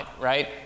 right